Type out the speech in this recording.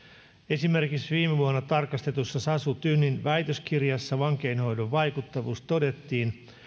esimerkiksi viime vuonna tarkastetussa sasu tynin väitöskirjassa vankeinhoidon vaikuttavuus todettiin